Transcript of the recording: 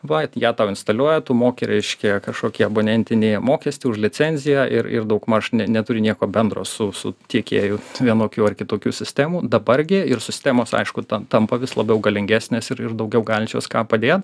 va tai ją tau instaliuoja tu moki reiškia kažkokį abonentinį mokestį už licenziją ir ir daugmaž ne neturi nieko bendro su su tiekėju vienokių ar kitokių sistemų dabar gi ir sistemos aišku tan tampa vis labiau galingesnės ir ir daugiau galinčios ką padėt